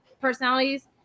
personalities